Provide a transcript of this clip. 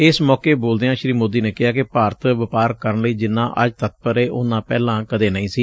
ਇਸ ਮੌਕੇ ਬੋਲਦਿਆਂ ਸ੍ਰੀ ਮੌਦੀ ਨੇ ਕਿਹਾ ਕਿ ਭਾਰਤ ਵਪਾਰ ਕਰਨ ਲਈ ਜਿਨਾਂ ੱਜ ਤਤਪਰ ਏ ਉਨਾਂ ਪਹਿਲਾਂ ਕਦੇ ਨਹੀਂ ਸੀ